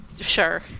Sure